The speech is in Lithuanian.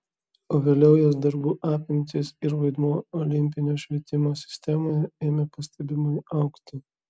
o vėliau jos darbų apimtys ir vaidmuo olimpinio švietimo sistemoje ėmė pastebimai augti